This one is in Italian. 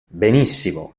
benissimo